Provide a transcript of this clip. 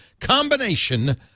combination